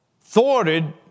thwarted